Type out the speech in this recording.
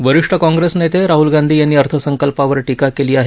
वरिष्ठ काँग्रेस नेते राहल गांधी यांनी अर्थसंकल्पावर टीका केली आहे